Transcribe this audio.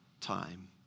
time